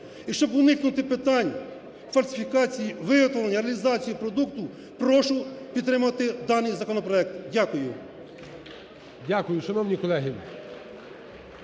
і щоб уникнути питань фальсифікації, виготовлення і реалізації продукту, прошу підтримати даний законопроект. Дякую. ГОЛОВУЮЧИЙ. Дякую. Шановні колеги…